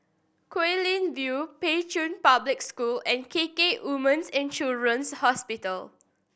Guilin View Pei Chun Public School and K K Women's And Children's Hospital